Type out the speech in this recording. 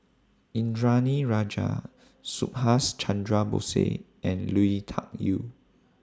Indranee Rajah Subhas Chandra Bose Said and Lui Tuck Yew